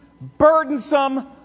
burdensome